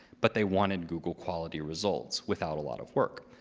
but they wanted google quality results without a lot of work.